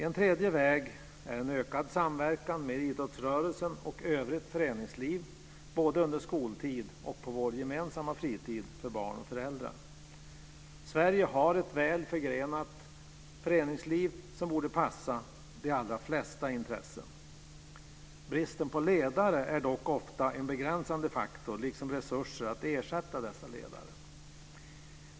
En tredje väg är en ökad samverkan med idrottsrörelsen och övrigt föreningsliv både under skoltid och på gemensam fritid för barn och föräldrar. Sverige har ett väl förgrenat föreningsliv som borde passa de allra flesta intressen. Bristen på ledare är dock ofta en begränsande faktor liksom resurser för att ersätta dessa ledare.